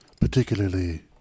particularly